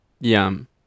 Yum